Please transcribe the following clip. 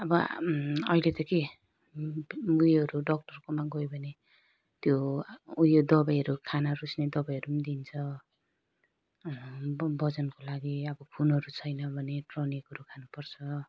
अब अहिले त के उयोहरू डक्टरको गयो भने त्यो उयो दबाईहरू खाना रुच्ने दबाईहरू पनि दिन्छ ब ओजनको लागि अब खुनहरू छैन भने टनिकहरू खानुपर्छ